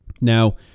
now